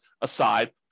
aside